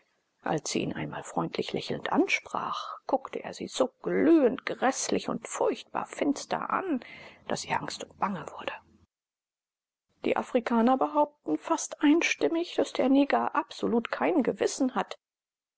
als sie ihn einmal freundlich lächelnd ansprach guckte er sie so glühend gräßlich und furchtbar finster an daß ihr angst und bange wurde die afrikaner behaupten fast einstimmig daß der neger absolut kein gewissen hat